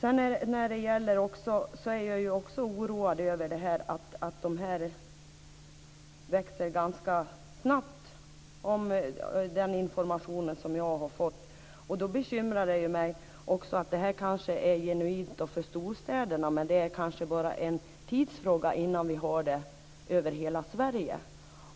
Jag är också oroad över att de här företagen växer ganska snabbt. Detta är kanske unikt för storstäderna, men det är nog bara en tidsfråga innan vi har det över hela Sverige.